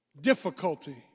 difficulty